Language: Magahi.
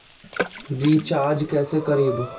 रिचाज कैसे करीब?